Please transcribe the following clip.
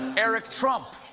eric trump.